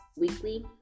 weekly